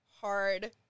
hard